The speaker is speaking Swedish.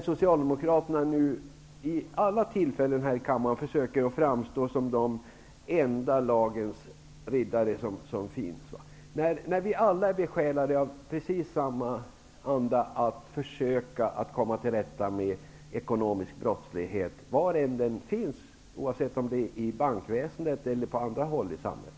Socialdemokraterna försöker nu vid alla tillfällen i kammaren att framstå som de enda lagens riddare som finns. Men vi är alla besjälade av precis samma anda, att försöka att komma till rätta med ekonomisk brottslighet varhelst den finns, oavsett om den finns inom bankväsendet eller på andra håll i samhället.